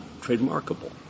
trademarkable